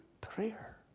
prayer